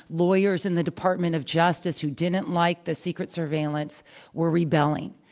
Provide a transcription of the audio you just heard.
lawyers in the department of justice who didn't like the secret surveillance were rebelling.